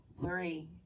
Three